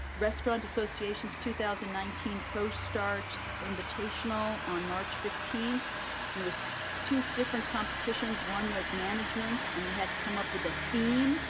restaurant association's two thousand and nineteen prostart invitational on march fifteenth and it was two different competitions. one was management and they had to come up with a theme,